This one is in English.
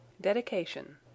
Dedication